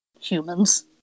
Humans